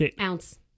Ounce